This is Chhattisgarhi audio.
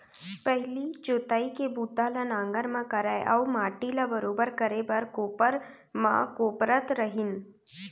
पहिली जोतई के बूता ल नांगर म करय अउ माटी ल बरोबर करे बर कोपर म कोपरत रहिन